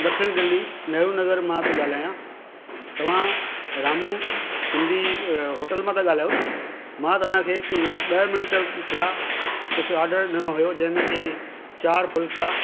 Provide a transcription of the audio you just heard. ॾखिण दिल्ली नेहरु नगर मां थो ॻाल्हायां तव्हां रामू सिंधी होटल मां ता ॻाल्हायो न मां तव्हांखे ॾह मिंट थिया कुझु ऑडर ॾिनो हुओ जंहिंमें की चार फुल्का